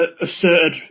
asserted